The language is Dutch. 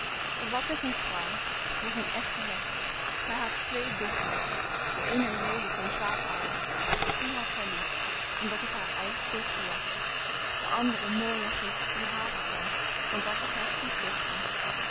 er was eens een vrouw dat was een echte heks zij had twee dochters de eene leelijk en kwaadaardig die had zij lief omdat het haar eigen dochter was de andere mooi en goed die haatte zij want dat was haar